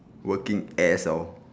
working as of